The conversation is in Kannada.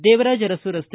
ದೇವರಾಜ ಅರಸು ರಸ್ತೆ